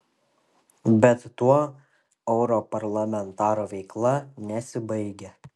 bet tuo europarlamentaro veikla nesibaigia